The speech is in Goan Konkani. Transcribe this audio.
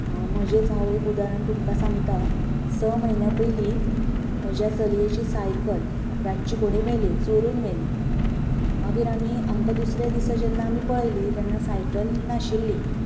म्हजेंच हांव एक उधारण तुमकां सांगता स म्हयन्या पयलीं म्हज्या चलयेची सायकल रातची कोणे व्हेली चोरून व्हेली मागीर आमी आमकां दुसरे दिसा जेन्ना पळयली तेन्ना सायकल नाशिल्ली